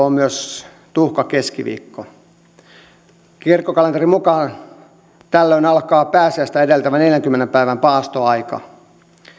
on myös tuhkakeskiviikko kirkkokalenterin mukaan tällöin alkaa pääsiäistä edeltävä neljänkymmenen päivän paastoaika